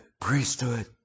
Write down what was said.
priesthood